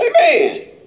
Amen